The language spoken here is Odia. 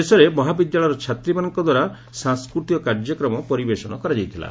ଶେଷରେ ମହାବିଦ୍ୟାଳୟର ଛାତ୍ରୀମାନଙ୍କ ଦ୍ୱାରା ସଂସ୍କୃତିକ କାର୍ଯ୍ୟକ୍ରମ ପରିବେଷଶ କରାଯାଇଥଲା